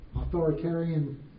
authoritarian